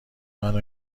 منو